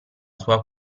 sua